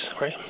right